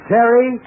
Terry